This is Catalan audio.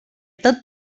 tot